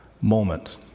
moment